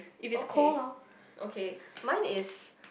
okay okay mine is